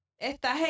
Estás